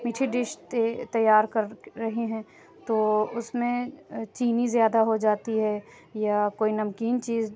میٹھی ڈش تیار کر رہے ہیں تو اُس میں چینی زیادہ ہو جاتی ہے یا کوئی نمکین چیز